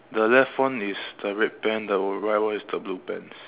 the left one is the red pants the right one is the blue pants